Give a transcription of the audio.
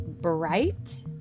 bright